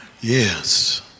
Yes